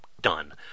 Done